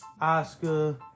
Oscar